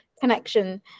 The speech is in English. connection